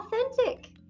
authentic